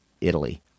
Italy